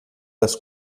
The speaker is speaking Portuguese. das